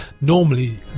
Normally